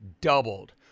doubled